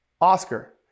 Oscar